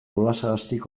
olasagastik